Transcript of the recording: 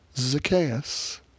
Zacchaeus